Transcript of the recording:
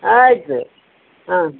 ಆಯಿತು ಹಾಂ